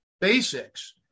Basics